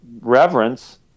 reverence